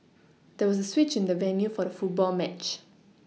there was a switch in the venue for the football match